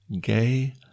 Gay